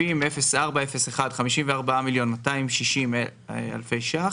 700401 54.260 מיליון,